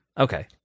Okay